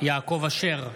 יעקב אשר,